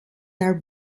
are